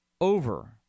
over